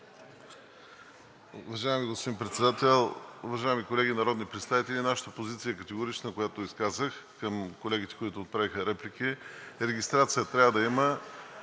Уважаеми господин Председател, уважаеми колеги, народни представители! Нашата позиция е категорична, която изказах към колегите, които отправиха реплики. Регистрация трябва да има